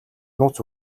нууц